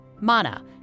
Mana